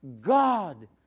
God